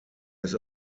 his